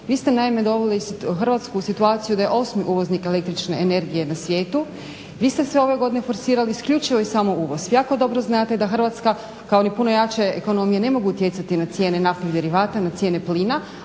Vi ste naime doveli Hrvatsku u situaciju da je 8. uvoznik električne energije na svijetu, vi ste sve ove godine forsirali isključivo i samo uvoz. Jako dobro znate da Hrvatska kao ni puno jače ekonomije ne mogu utjecati na cijene naftnih derivata, na cijene plina,